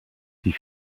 die